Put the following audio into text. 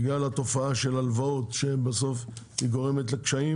בגלל התופעה של הלוואות, שבסוף גורמת לקשיים